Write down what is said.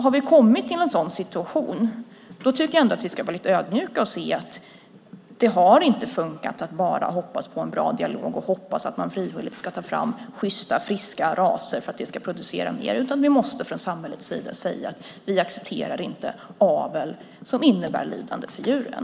Har vi kommit till en sådan situation tycker jag att vi ändå ska vara lite ödmjuka och se att det inte har funkat att bara hoppas på en bra dialog och på att man frivilligt ska ta fram sjysta, friska raser för att de ska producera mer. Vi måste från samhällets sida säga att vi inte accepterar avel som innebär lidande för djuren.